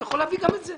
הוא יכול להביא גם את זה